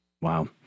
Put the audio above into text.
Wow